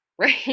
right